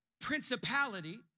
principality